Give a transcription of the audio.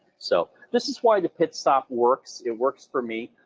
so this is why the pit stop works, it works for me.